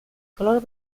color